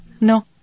No